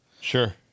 Sure